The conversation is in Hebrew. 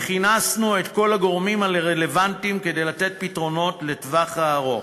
וכינסנו את כל הגורמים הרלוונטיים כדי לתת פתרונות לטווח הארוך.